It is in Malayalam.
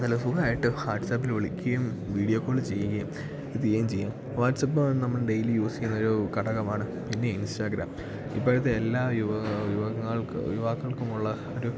നല്ല സുഖമായിട്ട് വാട്സപ്പിൽ വിളിക്കുകയും വീഡിയോ കോൾ ചെയ്യുകയും ഇത് ചെയ്യാം വാട്സപ്പ് നമ്മൾ ഡെയ്ലി യൂസ് ചെയ്യുന്നൊരു ഘടകമാണ് പിന്നെ ഇൻസ്റ്റാഗ്രാം ഇപ്പോഴത്തെ എല്ലാ യുവ യുവാക്കൾക്ക് യുവാക്കൾക്കുമുള്ള ഒരു